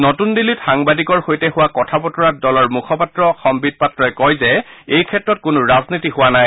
নতুন দিল্লীত সাংবাদিকৰ সৈতে হোৱা কথা বতৰাত দলৰ মুখপাত্ৰ সন্নিত পাত্ৰই কয় যে এই ক্ষেত্ৰত কোনো ৰাজনীতি হোৱা নাই